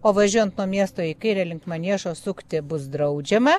o važiuojant nuo miesto į kairę link maniežo sukti bus draudžiama